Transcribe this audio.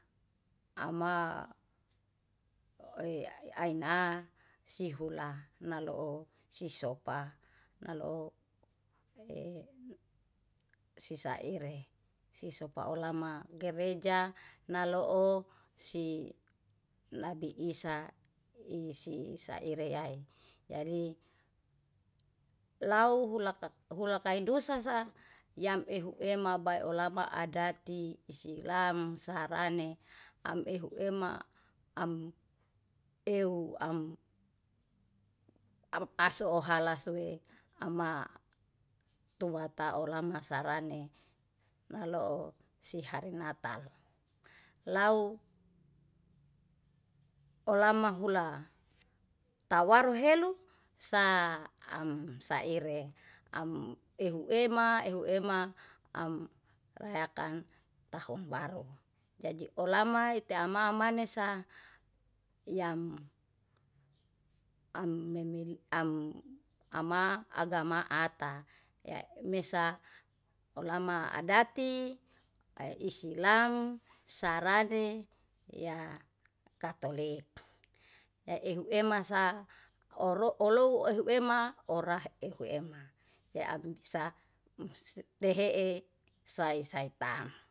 Ama e aina sihula naloo sisopa nalo e sisaire sisopa olama gereja naloo si nabiisa isi saire rae, jadi lau hulaka idusasa yamehu hema baiolama adati isilam sarane amehu ema am eu am ahso ohala ohalasue ama tua taolamasa sarane naloo sihari natal. Lau oalama hula tawaru helu saam saire am ehuema ehuema am lakan tahun baru. Jaji olama teamamanesa yam amemli ama agama ata, yanisa olama adati ae isilam, sarani, ya katolik. Yaehuema sa oro olou ehuema orahe ehuema, yeambisa tehee sae saetang.